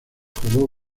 jugó